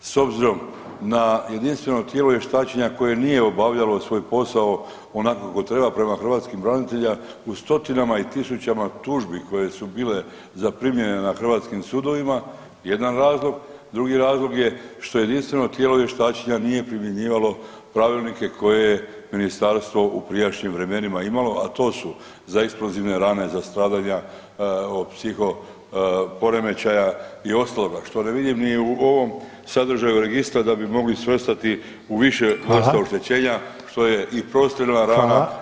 S obzirom na jedinstveno tijelo vještačenja koje nije obavljalo svoj posao onako kako treba prema hrvatskim braniteljima u stotinama tisućama tužbi koje su bile zaprimljene na hrvatskim sudovima jedan razlog, drugi razlog je što jedinstveno tijelo vještačenja nije primjenjivalo pravilnike koje je ministarstvo u prijašnjim vremenima imalo, a to su za eksplozivne rane, za stradanja od psiho poremećaja i ostaloga što ne vidim ni u ovom sadržaju registra da bi mogli svrstati u više vrsta [[Upadica Reiner: Hvala.]] oštećenja što je i prostrijelna rana [[Upadica Reiner: Hvala.]] i eksplozivna rana